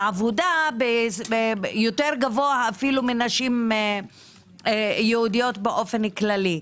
העובדות הוא גבוה יותר אפילו מנשים יהודיות באופן כללי.